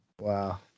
Wow